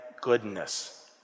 goodness